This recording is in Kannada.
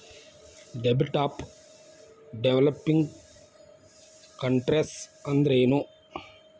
ಡೆಬ್ಟ್ ಆಫ್ ಡೆವ್ಲಪ್ಪಿಂಗ್ ಕನ್ಟ್ರೇಸ್ ಅಂದ್ರೇನು?